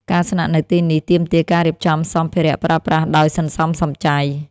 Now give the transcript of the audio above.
ការស្នាក់នៅទីនេះទាមទារការរៀបចំសម្ភារៈប្រើប្រាស់ដោយសន្សំសំចៃ។